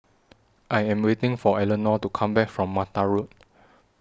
I Am waiting For Eleanor to Come Back from Mata Road